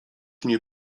mnie